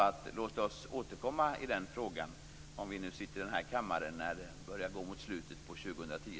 Låt oss därför återkomma i denna fråga, om vi nu sitter i denna kammare när det börjar gå mot 2010